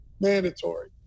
mandatory